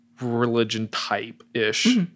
religion-type-ish